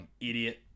idiot